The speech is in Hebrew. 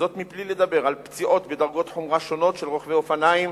זאת מבלי לדבר על פציעות בדרגות חומרה שונות של רוכבי אופניים